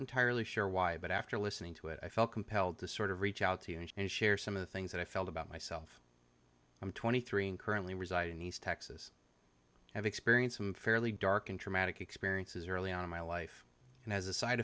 entirely sure why but after listening to it i felt compelled to sort of reach out and share some of the things that i felt about myself i'm twenty three and currently reside in east texas have experienced some fairly dark and traumatic experiences early on in my life and as a side